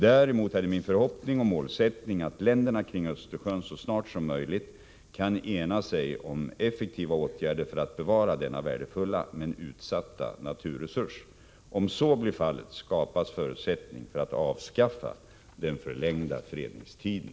Däremot är det min förhoppning och målsättning att länderna kring Östersjön så snart som möjligt kan ena sig om effektiva åtgärder för att bevara denna värdefulla men utsatta naturresurs. Om så blir fallet skapas förutsättning för att avskaffa den förlängda fredningstiden.